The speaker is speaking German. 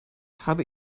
habe